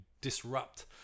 disrupt